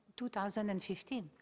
2015